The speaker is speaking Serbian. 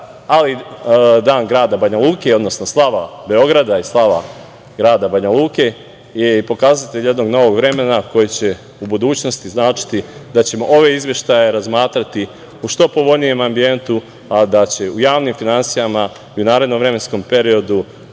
ali Dan grada Banjaluke, odnosno slava Beograda i slava grada Banjaluke je pokazatelj jednog vremena koji će u budućnosti značiti da ćemo ove izveštaje razmatrati u što povoljnijem ambijentu, a da će u javnim finansijama i u narednom vremenskom periodu